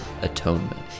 atonement